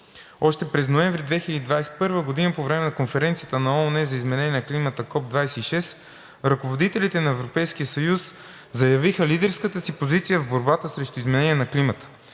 Още през ноември 2021 г. по време на конференцията на ООН за изменение на климата СОР 26, ръководителите на Европейския съюз заявиха лидерската си позиция в борбата срещу изменение на климата.